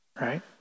right